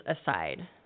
aside